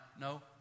No